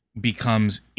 becomes